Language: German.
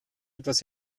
etwas